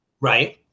Right